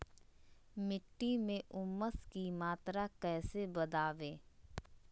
मिट्टी में ऊमस की मात्रा कैसे बदाबे?